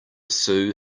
sue